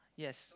yes